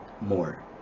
more